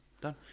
Done